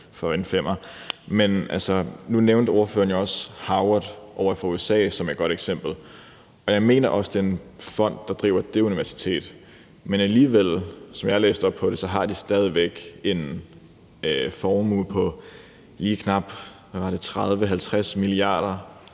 for en femmer. Nu nævnte ordføreren jo også Harvard ovre i USA som et godt eksempel, og jeg mener også, at det er en fond, der driver det universitet. Alligevel, som jeg har læst det, har Harvard stadig en formue på lige knap 30-50 milliarder